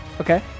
okay